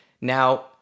Now